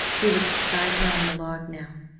he was beside her on the log now,